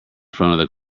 front